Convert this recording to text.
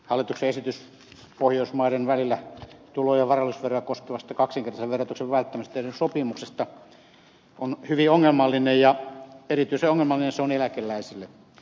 hallituksen esitys pohjoismaiden välillä tulo ja varallisuusveroja koskevan kaksinkertaisen verotuksen välttämisestä tehdystä sopimuksesta on hyvin ongelmallinen ja erityisen ongelmallinen se on eläkeläisille